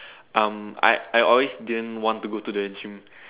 um I I always didn't want to go to the gym